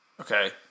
okay